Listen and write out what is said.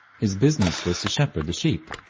his business was to shepherd the sheep,